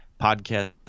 podcast